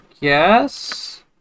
Yes